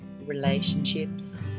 relationships